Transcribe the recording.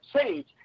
Change